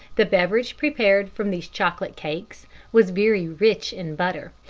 the beverage prepared from these chocolate cakes was very rich in butter,